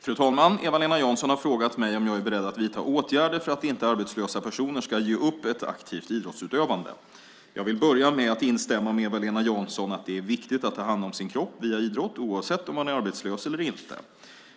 Fru talman! Eva-Lena Jansson har frågat mig om jag är beredd att vidta åtgärder för att inte arbetslösa personer ska ge upp ett aktivt idrottsutövande. Jag vill börja med att instämma med Eva-Lena Jansson om att det är viktigt att ta hand om sin kropp, via idrott, oavsett om man är arbetslös eller inte.